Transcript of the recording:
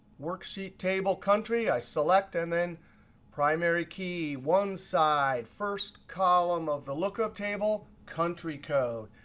worksheet table country i select and then primary key, one side, first column of the lookup table, country code.